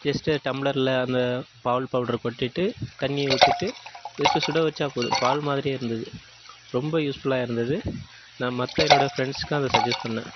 just டம்ளர்ல அந்த பால் பவ்டர் கொட்டிட்டு தண்ணி ஊற்றிட்டு லேசாக சுட வச்சால் போதும் பால் மாதிரியே இருந்தது ரொம்ப யூஸ்ஃபுல்லாக இருந்தது நான் மற்ற என்னோடய ஃப்ரண்ட்ஸுக்கும் அதை சஜ்ஜெஸ் பண்ணேன்